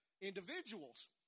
individuals